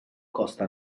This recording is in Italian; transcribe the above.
costa